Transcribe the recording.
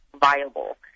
viable